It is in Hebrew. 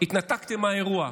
התנתקתם מהאירוע.